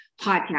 podcast